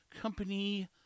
company